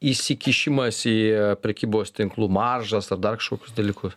įsikišimas į prekybos tinklų maržas ar dar kažkokius dalykus